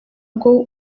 bwo